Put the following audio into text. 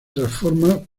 transforma